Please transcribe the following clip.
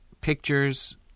pictures